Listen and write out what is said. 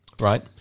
right